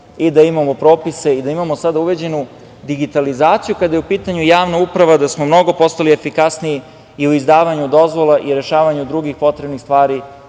i da imamo i propise i da imamo sada uređenu digitalizaciju kada je u pitanju javna uprava, da smo postali mnogo efikasniji i u izdavanju dozvola i rešavanju drugih potrebnih stvari,